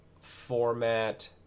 format